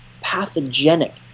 pathogenic